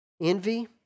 Envy